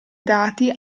dati